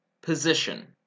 position